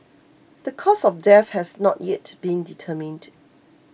the cause of death has not yet been determined